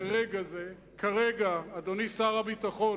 ברגע זה, כרגע, אדוני שר הביטחון,